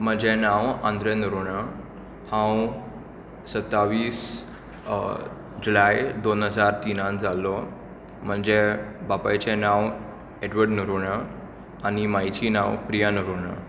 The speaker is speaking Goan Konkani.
म्हजें नांव आंद्रे नोराना हांव सत्तावीस जुलाय दोन हजार तीनान जाल्लो म्हजे बापायचें नांव एडवड नोरोना आनी मायची नांव प्रिया नोरोना